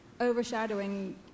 overshadowing